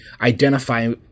identify